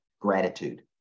Gratitude